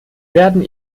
werden